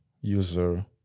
user